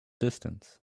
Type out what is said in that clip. distance